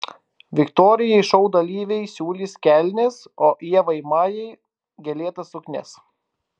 viktorijai šou dalyviai siūlys kelnes o ievai majai gėlėtas suknias